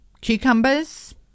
Cucumbers